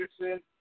Anderson